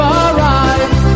arrive